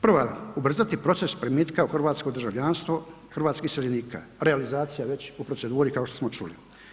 Prva, ubrzati proces primitka u hrvatsko državljanstvo hrvatskih iseljenika, realizacija već u proceduri kao što smo čuli.